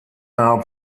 now